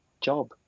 job